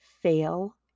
fail